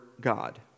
God